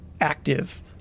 active